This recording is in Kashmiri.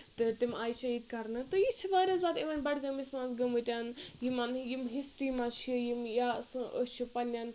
تہٕ تِم آیہِ شٔہیٖد کَرنہٕ تہٕ یہِ چھِ واریاہ زیادٕ یِوان بَڑگٲمِس منٛز گٔمٕتۍ یِمَن یِم ہِسٹری منٛز چھِ یِم یا سُہ أسۍ چھِ پَننؠن